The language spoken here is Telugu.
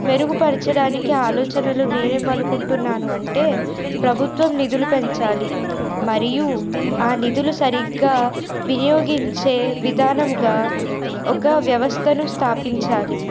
మెరుగుపరచడానికి ఆలోచనలు నేను ఏమనుకుంటున్నాను అంటే ప్రభుత్వం నిధులు పెంచాలి మరియు ఆ నిధులు సరిగ్గా వినియోగించే విధానముగా ఒక వ్యవస్థను స్థాపించాలి